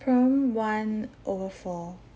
prompt one over four